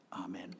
amen